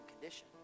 condition